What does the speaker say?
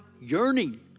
yearning